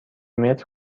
متر